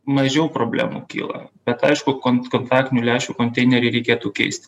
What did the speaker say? mažiau problemų kyla bet aišku kont kontaktinių lęšių konteinerį reikėtų keisti